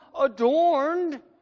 adorned